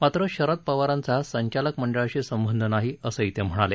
मात्र शरद पवारांचा संचालक मंडळाशी संबंध नाही असंही ते म्हणाले